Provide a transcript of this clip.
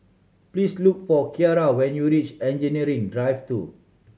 please look for Kiara when you reach Engineering Drive Two